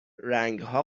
رنگها